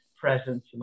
presence